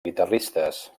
guitarristes